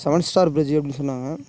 seven star ப்ரிஜ்ஜி அப்படினு சொன்னாங்க